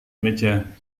meja